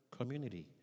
community